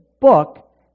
book